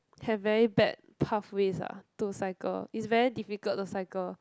have very bad pathways ah to cycle it's very difficult to cycle